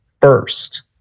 first